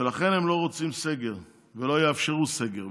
ולכן הם לא רוצים סגר, ולא יאפשרו סגר.